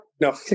No